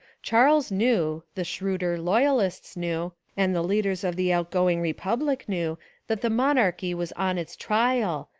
charles knew, the shrewder royalists knew, and the leaders of the outgoing republic knew that the monarchy was on its trial,